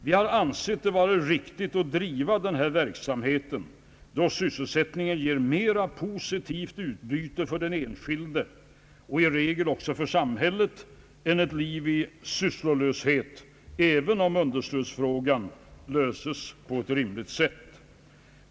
Vi har ansett det riktigt att driva denna verksamhet, då sysselsättningen ger mera positivt utbyte för den enskilde och i regel också för samhället än ett liv i sysslolöshet — även om understödsfrågan löses på ett rimligt sätt.